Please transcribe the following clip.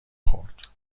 خورد